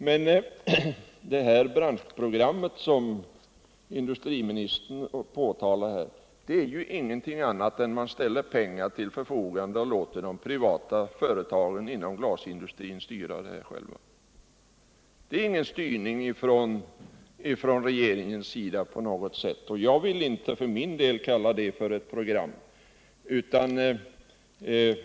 Men det branschprogram som industriministern talar om innebär ju ingenting annat än att man ställer pengar till förfogande och låter de privata företagen inom glasindustrin styra själva. Det är inte på något sätt fråga om någon styrning från regeringens sida, och jag vill för min del inte kalla det för ett branschprogram.